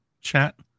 Chat